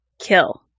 kill